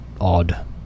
odd